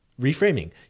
reframing